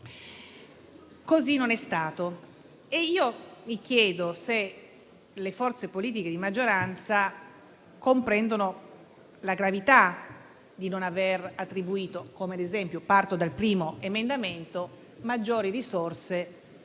così non è stato. Mi chiedo se le forze politiche di maggioranza comprendano la gravità di non aver attribuito - parto dal primo emendamento - maggiori risorse